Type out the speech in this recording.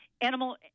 Animal